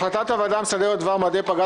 החלטת הוועדה המסדרת בדבר מועדי פגרת